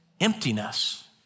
emptiness